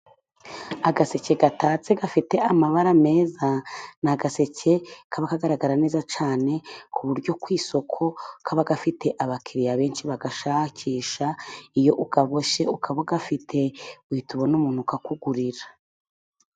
Agaseke gatatse, gafite amabara meza, ni agaseke kaba kagaragara neza cyane, kuburyo ku isoko kaba gafite abakiriya benshi bagashakisha, iyo ukaboshye ukaba ugafite, uhita ubona umuntu ukakugurira.